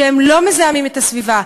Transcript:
שהם לא מזהמים את הסביבה,